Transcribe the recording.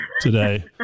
today